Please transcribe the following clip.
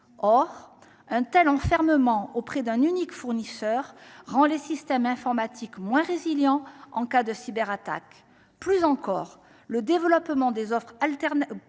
Or un tel enfermement auprès d’un unique fournisseur rend les systèmes informatiques moins résilients en cas de cyberattaque. Plus encore, le développement des offres collaboratives